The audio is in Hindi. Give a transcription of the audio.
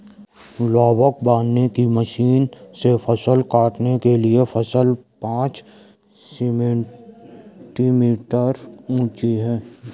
लावक बांधने की मशीन से फसल काटने के लिए फसल पांच सेंटीमीटर ऊंची हो